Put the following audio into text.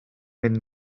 mynd